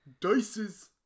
Dices